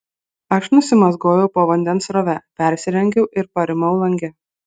aš nusimazgojau po vandens srove persirengiau ir parimau lange